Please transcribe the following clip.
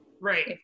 right